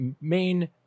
main